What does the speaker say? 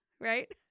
right